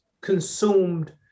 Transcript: consumed